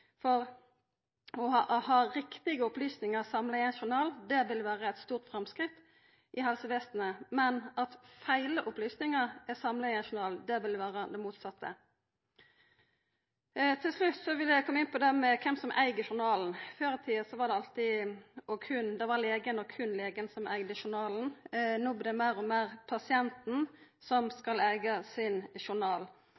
korrekte. Å ha riktige opplysningar samla i ein journal vil vera eit stort framsteg i helsevesenet, men å ha feil opplysningar samla i ein journal, vil vera det motsette. Til slutt vil eg koma inn på kven som eig journalen. Før i tida var det alltid legen, og berre legen, som eigde journalen. No blir det meir og meir pasienten som